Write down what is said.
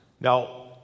Now